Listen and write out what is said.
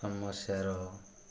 ସମସ୍ୟାର